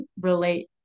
relate